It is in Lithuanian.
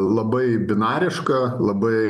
labai binariška labai